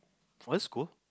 one school